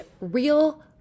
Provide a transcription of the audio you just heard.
real